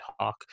talk